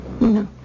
No